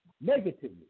negatively